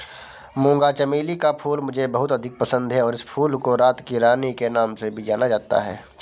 मूंगा चमेली का फूल मुझे बहुत अधिक पसंद है इस फूल को रात की रानी के नाम से भी जानते हैं